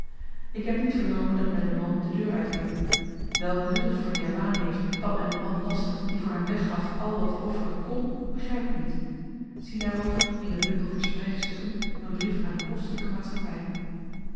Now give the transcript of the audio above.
ik heb niet vernomen dat men den man de deur uitwierp welk nut het voor den javaan heeft dat men den man lastert die voor hem weggaf al wat i offeren kn begryp ik niet zie daarover in den bundel verspreide stukken mn brief aan die kostelyke maatschappy